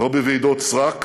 לא בוועידות סרק